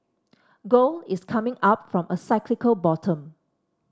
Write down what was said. gold is coming up from a cyclical bottom